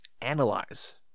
analyze